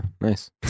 nice